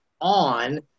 on